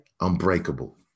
unbreakable